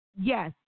yes